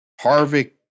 Harvick